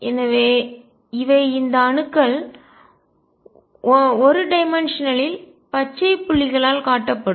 எனவே இவை இந்த அணுக்கள்1D இல் பச்சை புள்ளிகளால் காட்டப்படும்